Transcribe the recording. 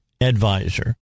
advisor